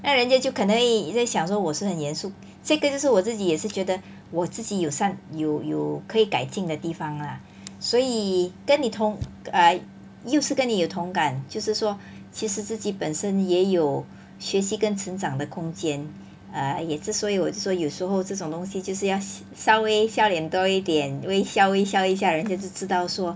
那人家就可能 eh 在想说我是很严肃这个就是我自己也是觉得我自己有善有有可以改进的地方 lah 所以跟你同 uh 又是跟你有同感就是说其实自己本身也有学习跟成长的空间 uh 也就是所以我说有时候这种东西就是要稍微笑脸多一点微笑微笑一下人家就知道说